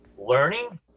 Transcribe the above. learning